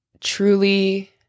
truly